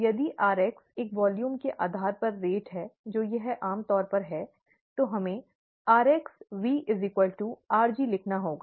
यदि rx एक volume के आधार पर दर है जो यह आमतौर पर है तो हमें rxV rg लिखना होगा